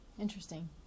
interesting